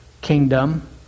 kingdom